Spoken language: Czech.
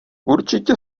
určitě